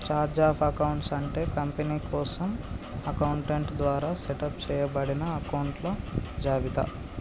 chart of accounts అంటే company కోసం accountant ద్వారా సెటప్ చేయబడిన అకొంట్ల జాబితా